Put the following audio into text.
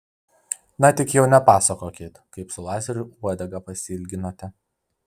na tik jau nepasakokit kaip su lazeriu uodegą pasiilginote